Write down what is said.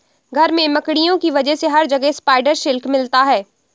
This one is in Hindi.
घर में मकड़ियों की वजह से हर जगह स्पाइडर सिल्क मिलता है